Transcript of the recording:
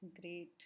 Great